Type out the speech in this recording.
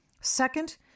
Second